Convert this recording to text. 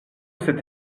cette